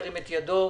ירים את ידו,